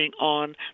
on